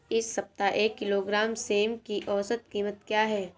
इस सप्ताह एक किलोग्राम सेम की औसत कीमत क्या है?